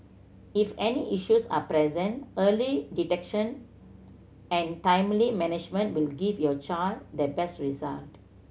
if any issues are present early detection and timely management will give your child the best result